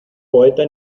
poeta